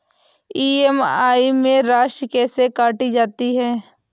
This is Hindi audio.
ई.एम.आई में राशि कैसे काटी जाती है?